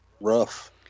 rough